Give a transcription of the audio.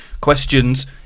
questions